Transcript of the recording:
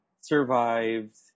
survived